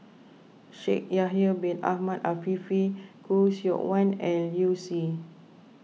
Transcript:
Shaikh Yahya Bin Ahmed Afifi Khoo Seok Wan and Liu Si